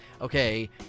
okay